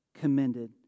commended